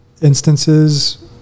instances